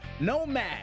Nomad